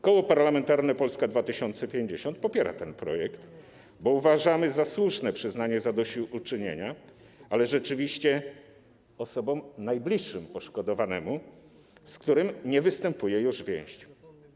Koło Parlamentarne Polska 2050 popiera ten projekt, bo uważamy za słuszne przyznanie zadośćuczynienia, ale rzeczywiście osobom najbliższym poszkodowanemu, z którym nie występuje już więź.